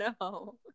no